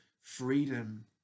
freedom